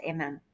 Amen